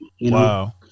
Wow